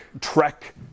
trek